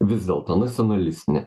vis dėlto nacionalistinę